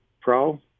pro